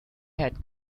had